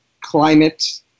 climate